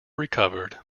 recovered